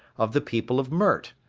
of the people of mert.